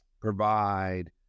provide